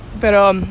Pero